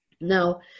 Now